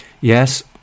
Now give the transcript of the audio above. Yes